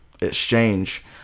exchange